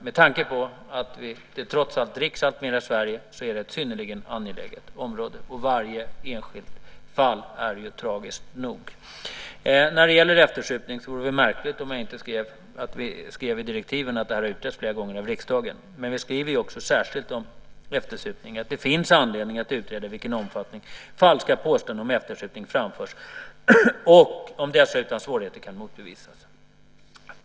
Med tanke på att det trots allt dricks alltmer i Sverige är det ett synnerligen angeläget område, och varje enskilt fall är tragiskt nog. När det gäller eftersupning vore det märkligt om vi inte skrev i direktiven att det här har utretts flera gånger av riksdagen, men vi skriver också särskilt om eftersupning, att det finns anledning att utreda i vilken omfattning falska påståenden om eftersupning framförs och om dessa utan svårigheter kan motbevisas.